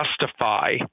justify